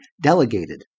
delegated